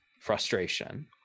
frustration